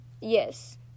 Yes